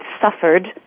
suffered